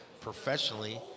professionally